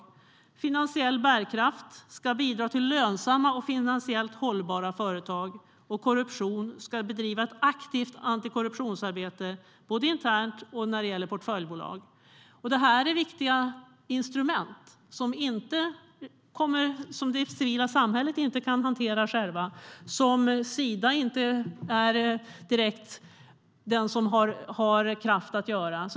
När det handlar om finansiell bärkraft ska man bidra till lönsamma och finansiellt hållbara företag. När det handlar om korruption ska man bedriva ett aktivt antikorruptionsarbete både internt och när det gäller portföljbolag. Detta är viktiga instrument som det civila samhället inte kan hantera självt och som Sida inte direkt är den som har kraft att hantera.